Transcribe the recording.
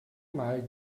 mal